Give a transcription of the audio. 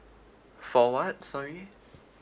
for what sorry